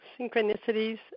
synchronicities